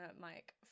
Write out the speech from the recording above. Mike